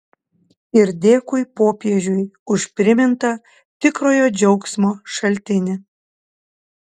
ir dėkui popiežiui už primintą tikrojo džiaugsmo šaltinį